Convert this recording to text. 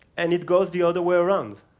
and it goes the other way around.